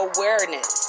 Awareness